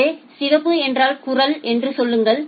எனவே சிவப்பு என்றால் குரல் என்று சொல்லுங்கள்